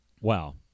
Wow